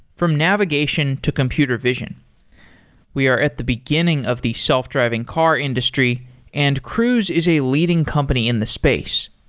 from navigation to computer vision we are at the beginning of the self-driving car industry and cruise is a leading company in the space.